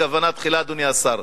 אדוני השר.